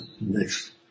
next